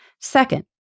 Second